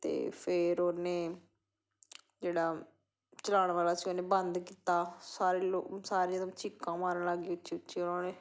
ਅਤੇ ਫਿਰ ਉਹਨੇ ਜਿਹੜਾ ਚਲਾਉਣ ਵਾਲਾ ਸੀ ਉਹਨੇ ਬੰਦ ਕੀਤਾ ਸਾਰੇ ਲੋ ਸਾਰੇ ਜਦੋਂ ਚੀਕਾਂ ਮਾਰਨ ਲੱਗ ਗਏ ਉੱਚੀ ਉੱਚੀ ਉਹਨਾਂ ਨੇ